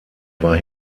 war